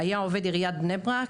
שהיה עובר עיריית בני-ברק,